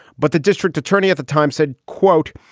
but the district attorney at the time said, quote,